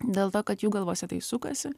dėl to kad jų galvose tai sukasi